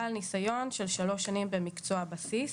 בעל ניסיון של שלוש שנים במקצוע בסיס.